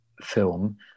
film